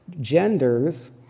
genders